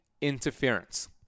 interference